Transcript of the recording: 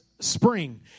spring